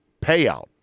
payout